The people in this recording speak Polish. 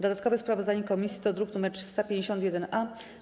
Dodatkowe sprawozdanie komisji to druk nr 351-A.